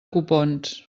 copons